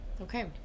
Okay